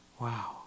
Wow